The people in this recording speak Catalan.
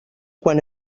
quan